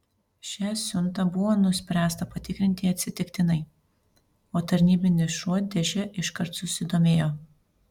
šią siuntą buvo nuspręsta patikrinti atsitiktinai o tarnybinis šuo dėže iškart susidomėjo